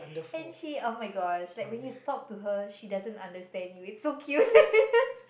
and she oh-my-gosh like when you talk to her she doesn't understand you it's so cute